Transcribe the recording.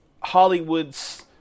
Hollywood's